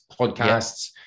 podcasts